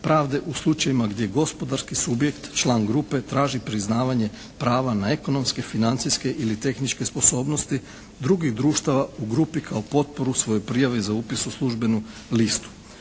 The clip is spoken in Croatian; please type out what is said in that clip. pravde u slučajevima gdje gospodarski subjekt član grupe traži priznavanje prava na ekonomske, financijske ili tehničke sposobnosti drugih društava u grupi kao potporu svojoj prijavi za upis u službenu listu.